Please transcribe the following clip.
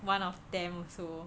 one of them so